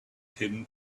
him